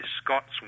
Scott's